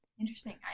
interesting